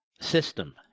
system